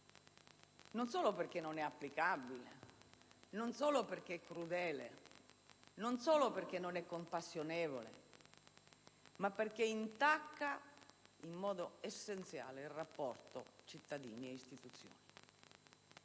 non solo perché non è applicabile, non solo perché è crudele, non solo perché non è compassionevole, ma perché intacca in modo essenziale il rapporto tra cittadini e istituzioni.